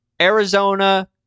Arizona